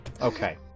okay